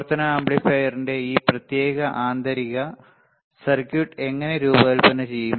പ്രവർത്തന ആംപ്ലിഫയറിന്റെ ഈ പ്രത്യേക ആന്തരിക സർക്യൂട്ട് എങ്ങനെ രൂപകൽപ്പന ചെയ്യും